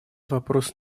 вопрос